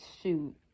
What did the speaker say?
shoot